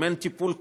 אם אין טיפול כולל,